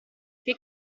che